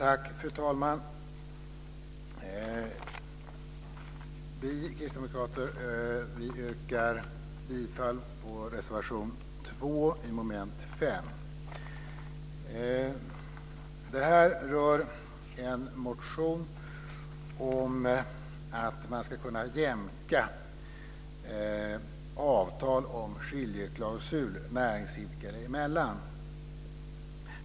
Fru talman! Vi kristdemokrater yrkar bifall till reservation 2 under mom. 5. Det rör en motion om att man ska kunna jämka avtal om skiljeklausul näringsidkare emellan.